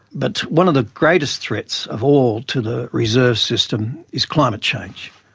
but one of the greatest threats of all to the reserve system is climate change.